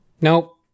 Nope